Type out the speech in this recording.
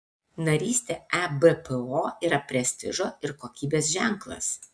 narystė ebpo yra prestižo ir kokybės ženklas